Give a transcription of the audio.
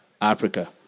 Africa